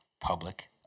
public